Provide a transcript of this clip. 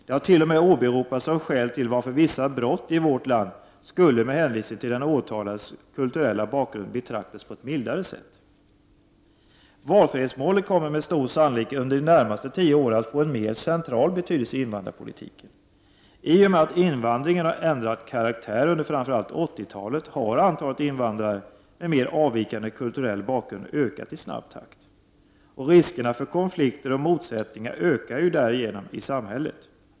Det har t.o.m. åberopats som skäl till att vissa brott i vårt land, med hänvisning till den åtalades kulturella bakgrund, skulle betraktas på ett mildare sätt. Valfrihetsmålet kommer med stor sannolikhet under de närmaste tio åren att få en mer central betydelse inom invandrarpolitiken. I och med att invandringen har ändrat karaktär under framför allt 80-talet har antalet invandrare med mera avvikande kulturell bakgrund ökat i snabb takt. Riskerna för konflikter och motsättningar ökar därigenom i samhället.